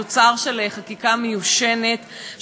תוצר של חקיקה מיושנת,